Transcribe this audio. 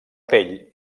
pell